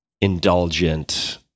indulgent